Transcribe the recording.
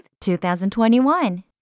2021